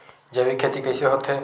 जैविक खेती कइसे होथे?